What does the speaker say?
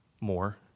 more